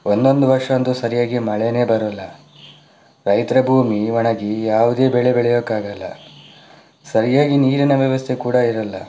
ಒಂದೊಂದು ವರ್ಷ ಅಂತೂ ಸರಿಯಾಗಿ ಮಳೆಯೇ ಬರಲ್ಲ ರೈತರ ಭೂಮಿ ಒಣಗಿ ಯಾವುದೇ ಬೆಳೆ ಬೆಳೆಯೋಕ್ಕಾಗಲ್ಲ ಸರಿಯಾಗಿ ನೀರಿನ ವ್ಯವಸ್ಥೆ ಕೂಡ ಇರಲ್ಲ